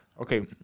Okay